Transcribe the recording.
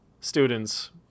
students